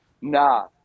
Nah